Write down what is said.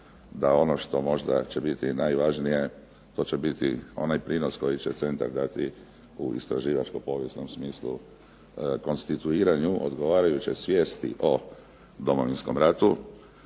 da ono što će možda biti i najvažnije, to će biti onaj prinos koji će centar dati u istraživačko-povijesnom smislu konstituiranju odgovarajuće svijesti o Domovinskom ratu,